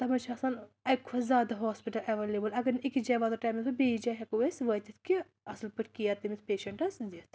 تَتھ منٛز چھِ آسان اَکہِ کھۄتہٕ زیادٕ ہاسپِٹَل اٮ۪وٮ۪لیبٕل اَگر نہٕ أکِس جایہِ واتو ٹایمَس پٮ۪ٹھ بیٚیِس جایہِ ہٮ۪کو أسۍ وٲتِتھ کہِ اَصٕل پٲٹھۍ کِیَر تٔمِس پیشنٛٹَس دِتھ